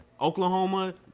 Oklahoma